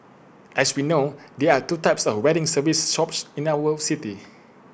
as we know there are two types of wedding service shops in our city